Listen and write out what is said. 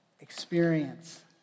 experience